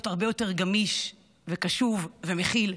להיות הרבה יותר גמיש וקשוב ומכיל.